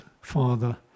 father